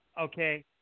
okay